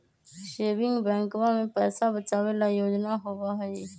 saving बैंकवा में पैसा बचावे ला योजना होबा हई